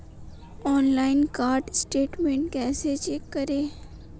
Online card statement कैसे check करें?